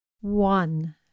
One